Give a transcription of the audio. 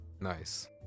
Nice